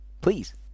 Please